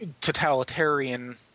totalitarian